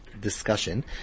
discussion